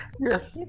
Yes